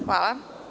Hvala.